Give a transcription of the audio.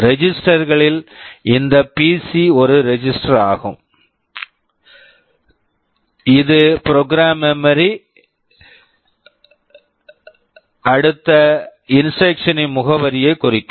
register registers களில் இந்த PC PC ஒரு ரெஜிஸ்டர் register ஆகும் இது ப்ரொக்ராம் மெமரி program memory ல் உள்ள அடுத்த இன்ஸ்ட்ரக்க்ஷன் instruction இன் முகவரியை குறிக்கும்